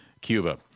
Cuba